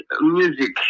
music